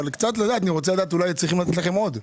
אבל אני רוצה לדעת אולי צריך לתת לכם עוד.